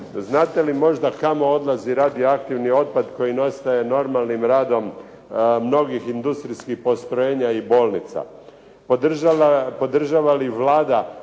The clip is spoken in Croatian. znate li možda kamo odlazi radioaktivni otpad koji nastaje normalnim radom mnogih industrijskih postrojenja i bolnica? Podržava li Vlada